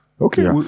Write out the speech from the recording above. Okay